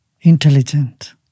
intelligent